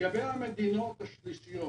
לגבי המדיניות השלישיות,